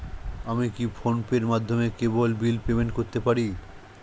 আমি কি ফোন পের মাধ্যমে কেবল বিল পেমেন্ট করতে পারি?